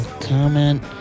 comment